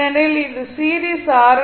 ஏனெனில் இது series R